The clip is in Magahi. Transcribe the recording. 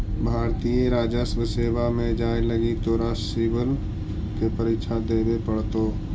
भारतीय राजस्व सेवा में जाए लगी तोरा सिवल के परीक्षा देवे पड़तो